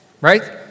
Right